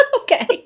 Okay